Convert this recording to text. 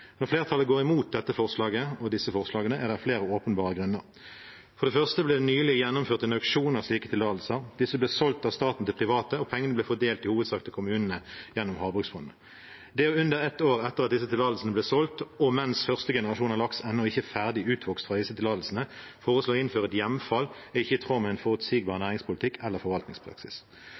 Når flertallet går imot dette forslaget, er det flere åpenbare grunner. For det første ble det nylig gjennomført en auksjon over slike tillatelser. Disse ble solgt fra staten til private, og pengene ble i hovedsak fordelt til kommunene gjennom havbruksfondet. Det å foreslå – under ett år etter at disse tillatelsene ble solgt, og mens førstegenerasjon laks ennå ikke er ferdig utvokst fra disse tillatelsene – å innføre et hjemfall er ikke i tråd med en forutsigbar næringspolitikk eller forvaltningspraksis.